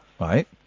right